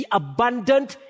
abundant